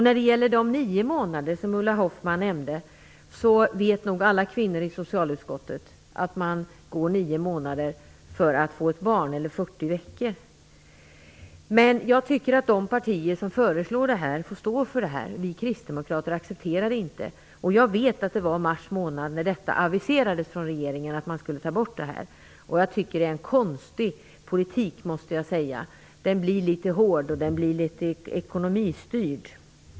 När det gäller de nio månader som Ulla Hoffmann nämnde vet nog alla kvinnor i socialutskottet att man går nio månader, eller 40 veckor, för att få ett barn. Men jag tycker att de partier som föreslår en förlängning får stå för det. Vi kristdemokrater accepterar det inte. Jag vet att det var i mars månad regeringen aviserade att man skulle ta bort flerbarnstillägget, och jag tycker att det är en konstig politik, måste jag säga. Den blir litet hård och litet ekonomistyrd.